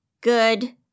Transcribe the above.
good